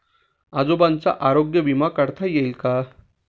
आजोबांचा आरोग्य विमा काढता येईल का?